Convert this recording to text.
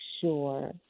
sure